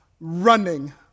running